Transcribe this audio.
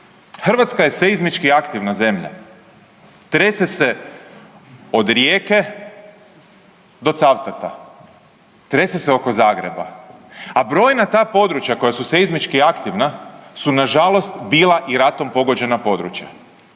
Hrvatska je seizmički aktivna zemlja, trese se od Rijeke do Cavtata, trese se oko Zagreba, a brojna ta područja koja su seizmički aktivna su nažalost bila i ratom pogođena područja,